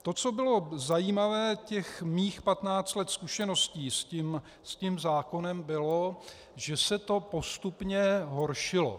To, co bylo zajímavé, těch mých patnáct let zkušeností s tím zákonem, bylo, že se to postupně horšilo.